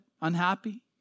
Unhappy